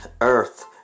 earth